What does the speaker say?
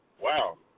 Wow